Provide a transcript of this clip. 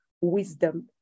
wisdom